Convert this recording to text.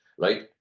right